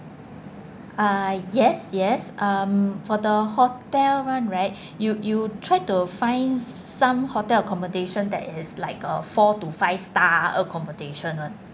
uh yes yes um for the hotel [one] right you you try to find some hotel accommodation that is like a four to five star accommodation [one]